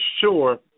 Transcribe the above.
sure